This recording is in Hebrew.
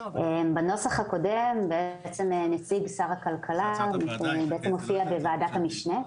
בנוסח הקודם בעצם נציג שר הכלכלה מופיע בוועדת המשנה.